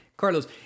Carlos